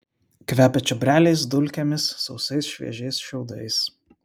kvepia čiobreliais dulkėmis sausais šviežiais šiaudais